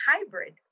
hybrid